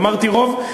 אמרתי "רוב",